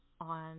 on